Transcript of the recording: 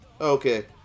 Okay